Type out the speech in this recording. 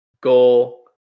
goal